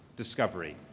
discovery.